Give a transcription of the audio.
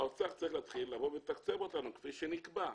האוצר צריך להתחיל לתקצב אותנו כפי שנקבע.